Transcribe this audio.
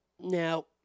Now